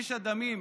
כביש הדמים,